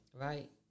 Right